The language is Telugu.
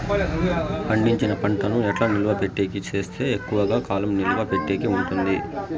పండించిన పంట ను ఎట్లా నిలువ పెట్టేకి సేస్తే ఎక్కువగా కాలం నిలువ పెట్టేకి ఉంటుంది?